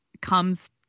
comes